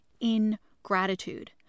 ingratitude